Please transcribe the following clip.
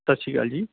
ਸਤਿ ਸ਼੍ਰੀ ਅਕਾਲ